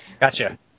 Gotcha